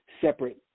separate